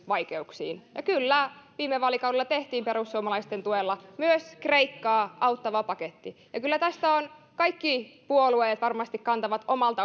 vaikeuksiin ja kyllä viime vaalikaudella tehtiin perussuomalaisten tuella myös kreikkaa auttava paketti kyllä tästä kaikki puolueet varmasti kantavat